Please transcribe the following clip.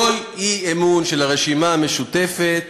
כל האי-אמון של הרשימה המשותפת